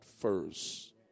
first